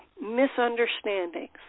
misunderstandings